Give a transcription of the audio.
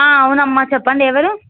అవునమ్మా చెప్పండి ఎవరు